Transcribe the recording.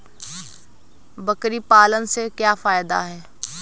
बकरी पालने से क्या फायदा है?